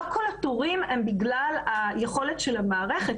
לא כל התורים הם בגלל היכולת של המערכת,